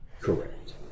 correct